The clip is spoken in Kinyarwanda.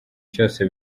cyose